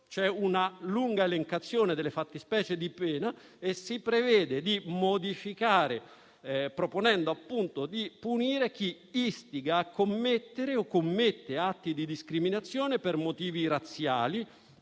con una lunga elencazione delle fattispecie di pena, l'articolo 604-*bis* del codice penale, proponendo appunto di punire chi istiga a commettere o commette atti di discriminazione per motivi razziali,